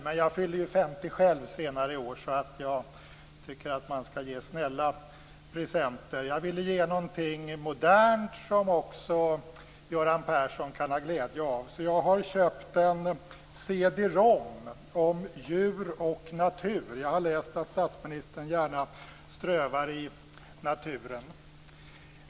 Men jag fyller ju 50 själv senare i år, så jag tycker att man skall ge snälla presenter. Jag ville ge något modernt som Göran Persson också kan ha glädje av. Så jag har köpt en cd-rom om djur och natur. Jag har läst att statsministern gärna strövar i naturen.